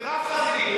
היא רב-חזיתית.